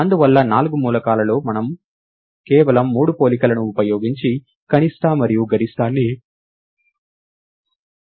అందువల్ల నాలుగు మూలకాలలో మనము కేవలం 3 పోలికలను ఉపయోగించి కనిష్ట మరియు గరిష్టాన్ని గణించగలుగుతాము